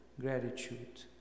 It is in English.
gratitude